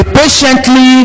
patiently